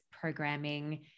programming